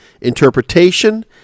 interpretation